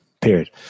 period